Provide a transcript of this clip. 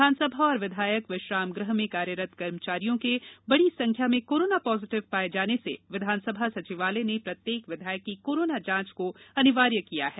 विधानसभा और विधायक विश्रामगृह में कार्यरत कर्मचारियों के बड़ी संख्या में कोरोना पॉजिटिव पाये जाने से विधानसभा सचिवालय ने प्रत्येक विधायक की कोरोना जांच को अनिवार्य किया है